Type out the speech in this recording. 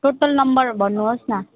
total number भन्नुहोस् न